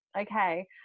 Okay